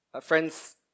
Friends